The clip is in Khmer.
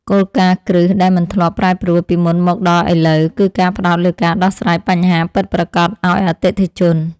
គោលការណ៍គ្រឹះដែលមិនធ្លាប់ប្រែប្រួលពីមុនមកដល់ឥឡូវ គឺការផ្ដោតលើការដោះស្រាយបញ្ហាពិតប្រាកដឱ្យអតិថិជន។